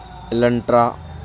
Elantra